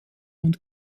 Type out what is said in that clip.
und